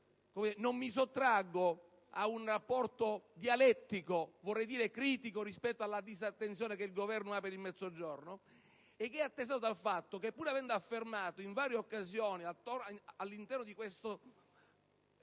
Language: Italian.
non mi sottraggo a un rapporto dialettico e critico rispetto alla disattenzione che il Governo ha per il Mezzogiorno, attestata dal fatto che, pur avendo affermato, in varie occasioni, all'interno di questo